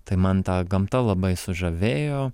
tai man ta gamta labai sužavėjo